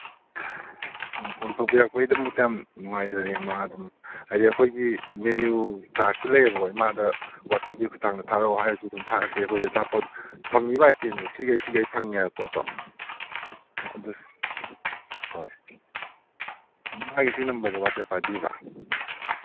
ꯎꯝ call ꯇꯧꯕꯤꯔꯛꯄꯩꯗꯃꯛꯇ ꯌꯥꯝ ꯅꯨꯡꯉꯥꯏꯖꯔꯦ ꯏꯃꯥ ꯑꯗꯨꯝ ꯍꯥꯏꯗꯤ ꯑꯩꯈꯣꯏꯒꯤ ꯃꯦꯅꯨ ꯆꯥꯔꯠꯁꯨ ꯂꯩꯌꯦꯕꯀꯣ ꯏꯃꯥꯗ ꯋꯥꯆꯞꯀꯤ ꯈꯨꯠꯊꯥꯡꯗ ꯊꯥꯔꯛꯎ ꯍꯥꯏꯔꯁꯨ ꯑꯗꯨꯝ ꯊꯥꯔꯛꯀꯦ ꯑꯩꯈꯣꯏꯒꯤ ꯑꯆꯥꯄꯣꯠ ꯐꯪꯉꯤꯕ ꯑꯥꯏꯇꯦꯝꯁꯦ ꯁꯤꯒꯩ ꯁꯤꯒꯩ ꯐꯪꯉꯦ ꯍꯥꯏꯕ ꯄꯣꯠꯇꯣ ꯑꯥ ꯍꯣꯏ ꯏꯃꯥꯒꯤ ꯁꯤ ꯅꯝꯕꯔꯁꯦ ꯋꯥꯆꯞ ꯄꯥꯏꯕꯤꯕ꯭ꯔꯥ